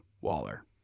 Waller